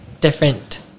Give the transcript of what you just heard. different